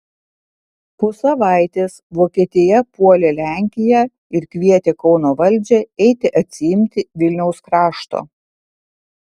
po savaitės vokietija puolė lenkiją ir kvietė kauno valdžią eiti atsiimti vilniaus krašto